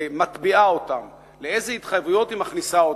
מטביעה אותם, לאיזה התחייבויות היא מכניסה אותם.